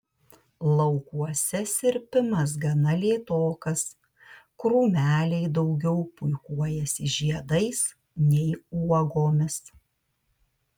laukuose sirpimas gana lėtokas krūmeliai daugiau puikuojasi žiedais nei uogomis